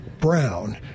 brown